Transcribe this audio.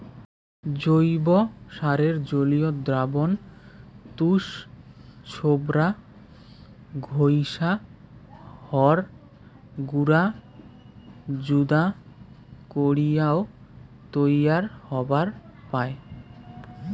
জৈব সারের জলীয় দ্রবণ তুষ, ছোবড়া, ঘইষা, হড় গুঁড়া যুদা করিয়াও তৈয়ার হবার পায়